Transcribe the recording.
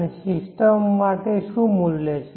અને સિસ્ટમ માટે શું મૂલ્ય છે